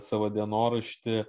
savo dienorašty